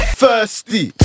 thirsty